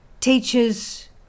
teachers